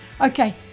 Okay